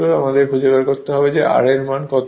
অর্থাৎ আমাদের খুঁজে বের করতে হবে R এর মান কত